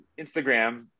instagram